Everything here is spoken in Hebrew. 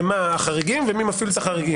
מה החריגים ומי מפעיל את החריגים.